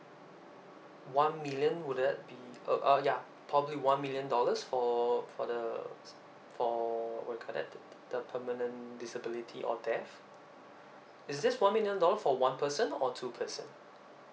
one million would that be uh uh ya probably one million dollars for for the for what do you call that the permanent disability or death is this one million dollar for one person or two person